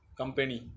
company